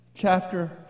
Chapter